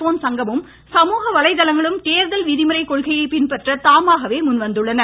phone சங்கமும் சமூக வலைதளங்களும் தேர்தல் விதிமுறை கொள்கையை பின்பற்ற தாமாகவே முன்வந்துள்ளன